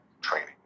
training